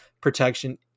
protection